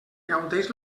gaudeix